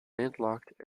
landlocked